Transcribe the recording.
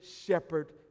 shepherd